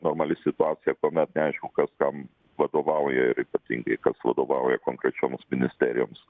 normali situacija kuomet neaišku kas kam vadovauja ir ypatingai kas vadovauja konkrečioms ministerijoms